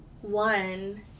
one